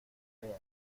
feas